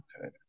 Okay